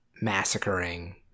massacring